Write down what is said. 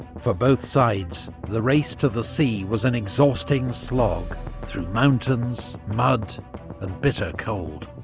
for both sides, the race to the sea was an exhausting slog through mountains, mud and bitter cold.